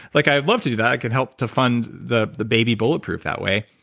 like i'd love to do that, i can help to fund the the baby bulletproof that way.